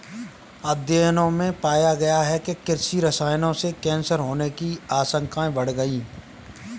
अध्ययनों में पाया गया है कि कृषि रसायनों से कैंसर होने की आशंकाएं बढ़ गई